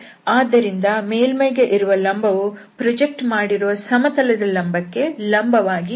ಆದ್ದರಿಂದ ಮೇಲ್ಮೈಗೆ ಇರುವ ಲಂಬವು ಪ್ರೊಜೆಕ್ಟ್ ಮಾಡಿರುವ ಸಮತಲದ ಲಂಬಕ್ಕೆ ಲಂಬವಾಗಿ ಇರಬಾರದು